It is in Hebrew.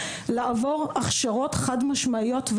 לעבור הכשרות חד משמעיות,